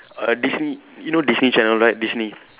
uh Disney you know Disney channel right Disney